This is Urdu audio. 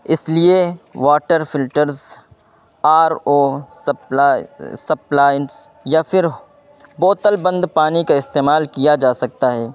اس لیے water filters R O appliances یا پھر بوتل بند پانی کا استعمال کیا جا سکتا ہے